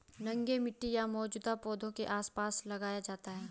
नंगे मिट्टी या मौजूदा पौधों के आसपास लगाया जाता है